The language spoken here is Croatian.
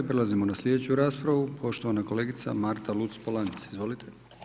Prelazimo na slijedeću raspravu, poštovana kolega Marta Luc-Polanc, izvolite.